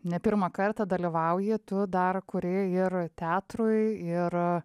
ne pirmą kartą dalyvauji tu dar kūrei ir teatrui ir